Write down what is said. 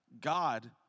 God